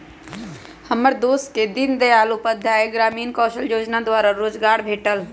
हमर दोस के दीनदयाल उपाध्याय ग्रामीण कौशल जोजना द्वारा रोजगार भेटल